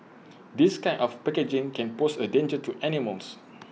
this kind of packaging can pose A danger to animals